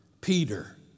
Peter